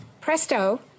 Presto